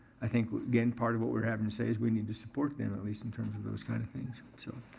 i think, again, part of what we're having to say is we need to support them. at least in terms of those kind of things. so,